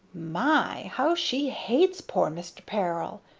my! how she hates poor mr. peril!